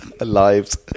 Lives